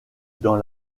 dans